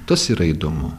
tas yra įdomu